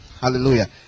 hallelujah